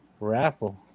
raffle